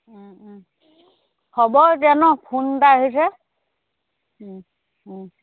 হ'ব দিয়া ন ফোন এটা আহিছে